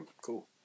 Cool